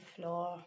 floor